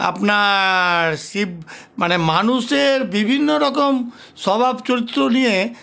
আপনার শিব মানে মানুষের বিভিন্ন রকম স্বভাব চরিত্র নিয়ে